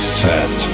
fat